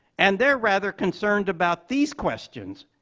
and they're rather concerned about these questions.